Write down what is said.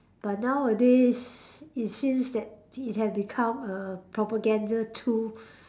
but nowadays it seems that it had become a propaganda tool